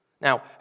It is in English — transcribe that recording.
Now